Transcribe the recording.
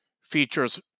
Features